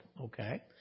okay